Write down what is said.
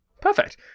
Perfect